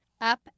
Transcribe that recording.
Up